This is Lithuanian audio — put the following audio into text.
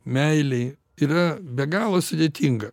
meilei yra be galo sudėtinga